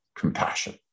compassion